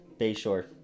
Bayshore